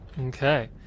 Okay